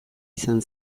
izan